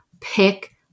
pick